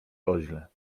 koźle